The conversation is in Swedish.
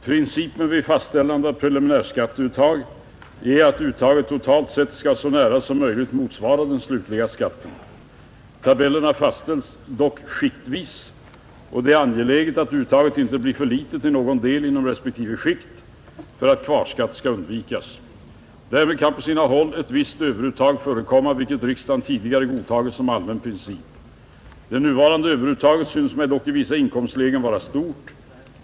Principen vid fastställande av preliminärskatteuttag är att uttaget totalt sett skall så nära som möjligt motsvara den slutliga skatten. Tabellerna fastställs dock skiktvis, och det är angeläget att uttaget inte blir för litet i någon del inom respektive skikt för att kvarskatt skall undvikas. Därmed kan på sina håll ett visst överuttag förekomma, vilket riksdagen tidigare godtagit som allmän princip. Det nuvarande överuttaget synes mig dock i vissa inkomstlägen vara stort.